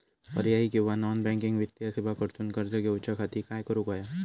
पर्यायी किंवा non banking वित्तीय सेवा कडसून कर्ज घेऊच्या खाती काय करुक होया?